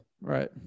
Right